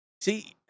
See